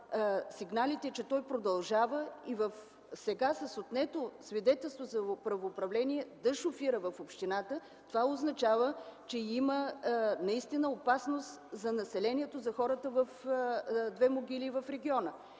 сигнали, че той продължава и сега с отнето свидетелство за правоуправление да шофира в общината. Това означава, че има наистина опасност за населението, за хората в Две могили и в региона.